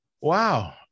Wow